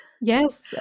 Yes